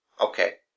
Okay